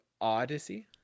odyssey